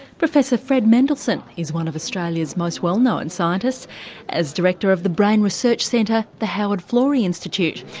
professor fred mendelsohn is one of australia's most well-known scientists as director of the brain research centre, the howard florey institute.